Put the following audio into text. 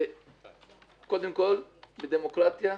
קודם כול בדמוקרטיה.